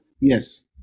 Yes